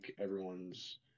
everyone's